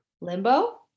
Limbo